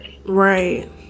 right